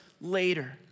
later